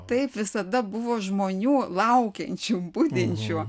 taip visada buvo žmonių laukiančių budinčių